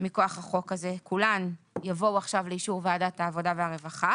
מכוח החוק הזה כולן יבואו עכשיו לאישור ועדת העבודה והרווחה